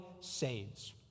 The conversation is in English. saves